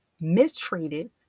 mistreated